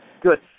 Good